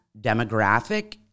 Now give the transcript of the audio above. demographic